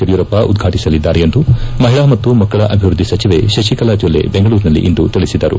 ಯಡಿಯೂರಪ್ಪ ಉದ್ಘಾಟಿಸಲಿದ್ದಾರೆ ಎಂದು ಮಹಿಳಾ ಮತ್ತು ಮಕ್ಕಳ ಅಭಿವೃದ್ದಿ ಸಚಿವೆ ಶಶಿಕಲಾ ಜೊಲ್ಲೆ ದೆಂಗಳೂರಿನಲ್ಲಿಂದು ತಿಳಿಸಿದರು